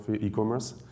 e-commerce